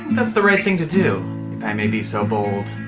that's the right thing to do, if i may be so bold,